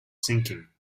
sinking